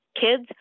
kids